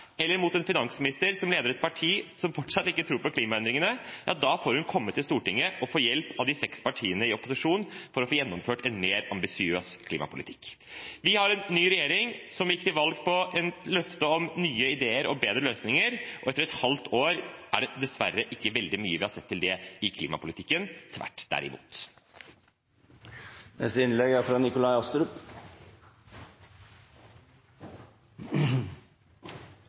eller mot finansministeren, som leder et parti som fortsatt ikke tror på klimaendringene, får hun komme til Stortinget og få hjelp av de seks partiene i opposisjon for å få gjennomført en mer ambisiøs klimapolitikk. Vi har en ny regjering som gikk til valg på løftet om nye ideer og bedre løsninger, og etter et halvt år er det dessverre ikke veldig mye vi har sett til det i klimapolitikken – tvert imot. Det var interessant å høre representanten Grøver Aukrusts innlegg,